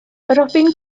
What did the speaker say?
robin